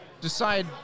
decide